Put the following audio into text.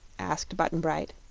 asked button-bright.